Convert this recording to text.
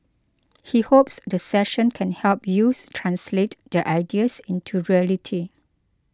he hopes the session can help youths translate their ideas into reality